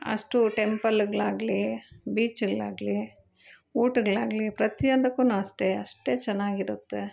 ಅಷ್ಟೂ ಟೆಂಪಲ್ಗಳಾಗ್ಲಿ ಬೀಚ್ಗಳಾಗ್ಲಿ ಊಟಗಳಾಗ್ಲಿ ಪ್ರತಿಯೊಂದಕ್ಕು ಅಷ್ಟೆ ಅಷ್ಟೆ ಚೆನ್ನಾಗಿರುತ್ತೆ